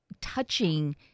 touching